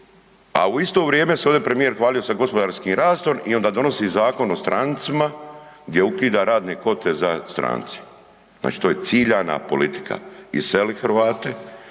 a u isto vrijeme se ovde premijer hvalio sa gospodarskim rastom i onda donosi Zakon o strancima gdje ukida radne kvote za strance. Znači to je ciljana politika, iseli Hrvate,